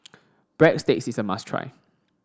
Breadsticks is a must try